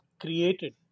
created